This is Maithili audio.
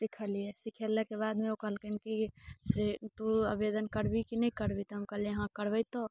सिखलियै सीखेलाक बादमे ओ कहलकनि कि से तू आवेदन करबिही कि नहि करबिही तऽ हम कहलियै हँ करबै तऽ